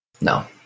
no